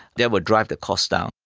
that will drive the cost down.